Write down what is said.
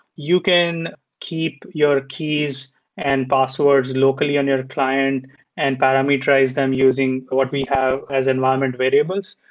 you can keep your keys and passwords locally on your client and parameterize them using what we have as environment variables.